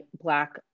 black